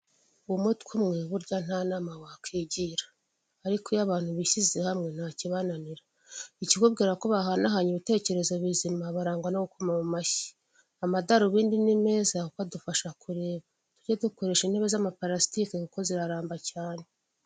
Umutwe umwe burya nta nama wakwigira. Ariko iyo abantu bishyize hamwe nta kibananira. Ikikubwira ko bahanahanye ibitekerezo bizima, barangwa no gukoma mu mashyi. Amadarubindi ni meza, kuko adufasha kureba. Tujye dukoresha intebe z'amaparasitike, kuko ziraramba cyane.